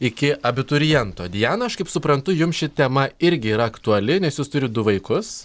iki abituriento diana aš kaip suprantu jums ši tema irgi yra aktuali nes jūs turit du vaikus